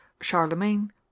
charlemagne